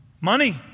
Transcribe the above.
Money